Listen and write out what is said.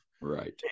Right